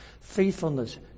faithfulness